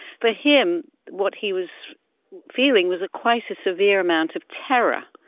for him, what he was feeling was quite a severe amount of terror,